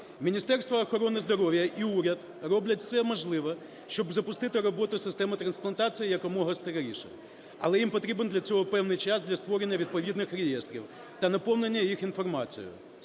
Міністерство охорони здоров'я і уряд роблять все можливе, щоб запустити систему роботу системи трансплантації якомога скоріше, але їм потрібен для цього певний час для створення відповідних реєстрів та наповнення їх інформацією.